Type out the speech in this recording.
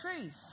truth